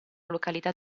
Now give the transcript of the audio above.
località